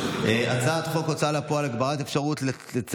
על הצעת חוק ההוצאה לפועל (תיקון מס' 74) (הגבלת אפשרות לצוות